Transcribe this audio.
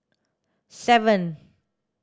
seven